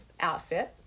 outfit